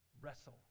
Wrestle